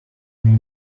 who